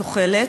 זוחלת.